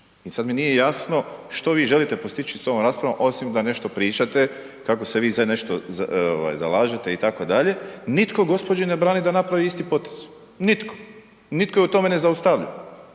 i sada mi nije jasno što vi želite postići sa ovom raspravom osim da nešto pričate kako se vi sad nešto zalažete itd., nitko gospođi ne brani da napravi isti potez, nitko i nitko je u tome ne zaustavlja.